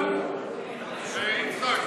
יצחק,